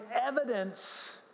evidence